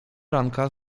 ranka